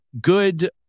good